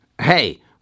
hey